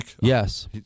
Yes